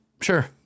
Sure